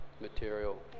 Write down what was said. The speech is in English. material